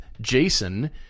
Jason